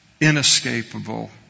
inescapable